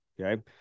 Okay